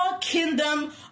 Kingdom